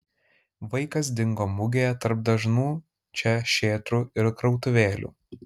vaikas dingo mugėje tarp dažnų čia šėtrų ir krautuvėlių